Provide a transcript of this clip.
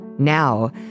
now